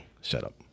setup